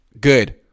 Good